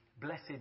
blessed